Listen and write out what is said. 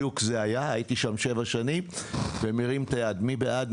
והם מרימים את היד: מי בעד?